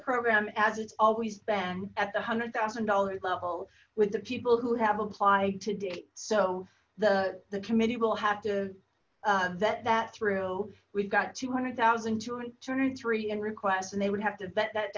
program as it's always been at the hundred thousand dollar level with the people who have applied to date so the the committee will have to vet that through we've got two hundred thousand two hundred three in requests and they would have to vet that